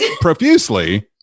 profusely